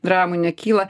dramų nekyla